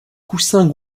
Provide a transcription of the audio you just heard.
coussins